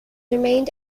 remained